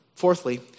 Fourthly